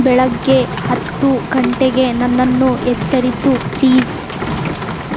ಬೆಳಗ್ಗೆ ಹತ್ತು ಗಂಟೆಗೆ ನನ್ನನ್ನು ಎಚ್ಚರಿಸು ಪ್ಲೀಸ್